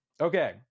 okay